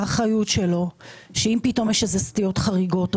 האחריות שלו שאם פתאום יש סטיות חריגות או